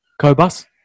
Cobus